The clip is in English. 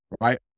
right